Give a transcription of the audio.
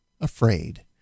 afraid